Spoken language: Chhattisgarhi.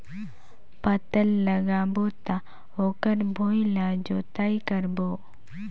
पातल लगाबो त ओकर भुईं ला जोतई करबो?